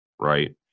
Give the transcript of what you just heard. right